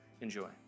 Enjoy